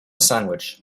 sandwich